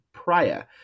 Prior